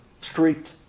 street